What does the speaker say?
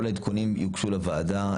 כל העדכונים יוגשו לוועדה.